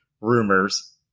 rumors